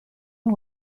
and